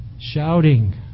shouting